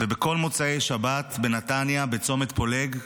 ובכל מוצאי שבת בנתניה, בצומת פולג,